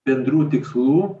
bendrų tikslų